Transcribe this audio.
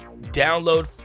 download